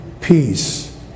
peace